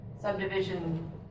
Subdivision